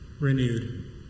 renewed